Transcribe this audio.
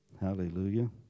Hallelujah